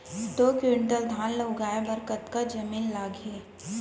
दो क्विंटल धान ला उगाए बर कतका जमीन लागही?